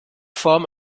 form